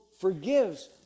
forgives